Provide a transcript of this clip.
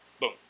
Boom